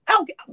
Okay